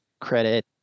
credit